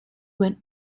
went